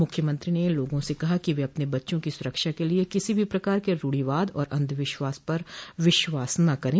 मुख्यमंत्री ने लोगों से कहा कि वे अपने बच्चे की सुरक्षा के लिए किसी भी प्रकार के रूढ़िवाद और अन्धविश्वास पर विश्वास न करें